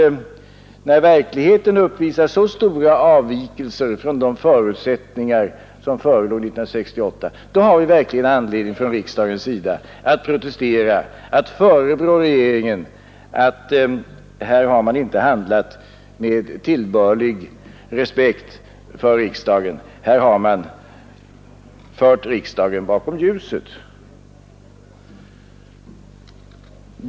När verkligheten uppvisar så stora avvikelser från de förutsättningar som förelåg 1968, då har riksdagen verkligen anledning att protestera och förebrå regeringen att den inte har handlat med tillbörlig respekt för riksdagen. Här har man fört riksdagen bakom ljuset.